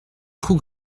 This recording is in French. trou